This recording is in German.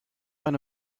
eine